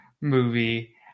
movie